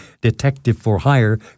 detective-for-hire